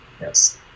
Yes